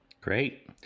Great